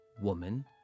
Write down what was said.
woman